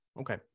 Okay